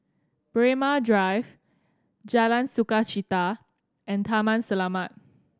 Braemar Drive Jalan Sukachita and Taman Selamat